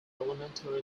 elementary